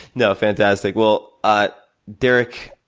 no, fantastic. well, ah but derek,